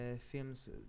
Films